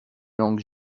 langues